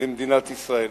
למדינת ישראל.